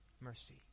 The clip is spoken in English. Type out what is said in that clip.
mercy